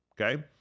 Okay